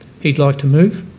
he'd like to move,